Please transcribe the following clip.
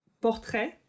Portrait